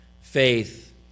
faith